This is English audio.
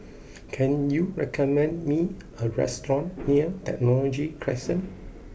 can you recommend me a restaurant near Technology Crescent